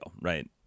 right